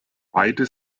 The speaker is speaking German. beide